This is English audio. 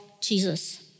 Jesus